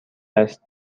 است